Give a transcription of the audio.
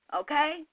okay